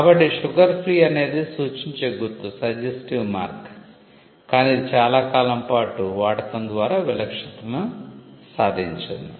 కాబట్టి sugar free అనేది సూచించే గుర్తు కానీ ఇది చాలా కాలం పాటు వాడకం ద్వారా విలక్షణతను సాధించింది